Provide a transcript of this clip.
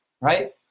Right